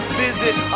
visit